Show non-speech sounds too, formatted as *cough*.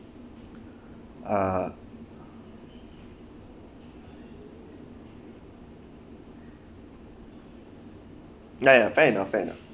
*breath* uh ya ya fair enough fair enough